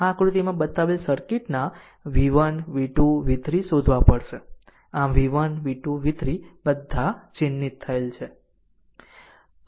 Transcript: આ આકૃતિમાં બતાવેલ સર્કિટના v1 v2 v3 શોધવા પડશે આમ v1 v2 v3 બધા ચિહ્નિત થયેલ છે